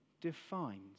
defines